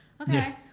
Okay